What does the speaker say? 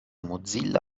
mozilla